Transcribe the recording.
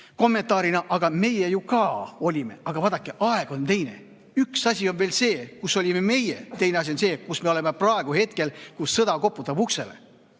kommentaarina: aga meie ju ka olime. Aga vaadake, aeg on teine. Üks asi on see, kus olime meie, teine asi on see, kus me oleme praegu, hetkel, kui sõda koputab uksele.